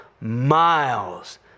miles